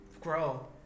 grow